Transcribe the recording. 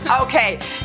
Okay